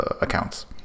accounts